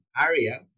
area